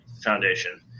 foundation